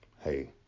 hey